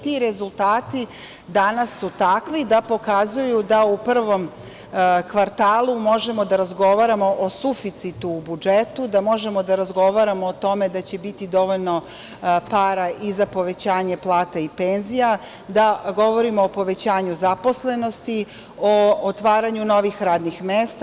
Ti rezultati danas su takvi da pokazuju da u prvom kvartalu možemo da razgovaramo o suficitu u budžetu, da možemo da razgovaramo o tome da će biti dovoljno para i za povećanje plata i penzija, da govorimo o povećanju zaposlenosti, o otvaranju novih radnih mesta.